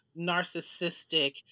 narcissistic